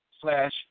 slash